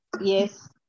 Yes